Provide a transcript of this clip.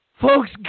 Folks